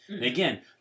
Again